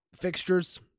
fixtures